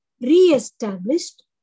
re-established